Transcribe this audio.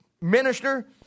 minister